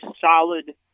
solid